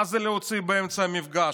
מה זה להוציא באמצע המפגש?